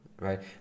right